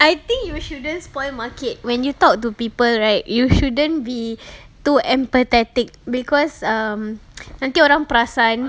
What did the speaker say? I think you shouldn't spoil market when you talk to people right you shouldn't be too empathetic because um nanti orang perasan